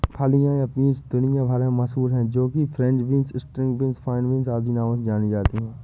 फलियां या बींस दुनिया भर में मशहूर है जो कि French beans, string beans, fine beans आदि नामों से जानी जाती है